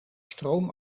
stroom